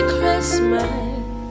Christmas